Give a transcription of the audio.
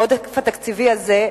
העודף התקציבי הזה,